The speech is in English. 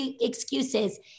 excuses